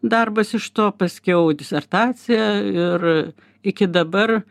darbas iš to paskiau disertacija ir iki dabar